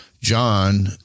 John